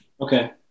Okay